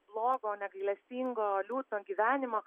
blogo negailestingo liūdno gyvenimo